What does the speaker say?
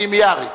עם מיעארי.